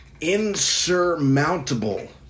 insurmountable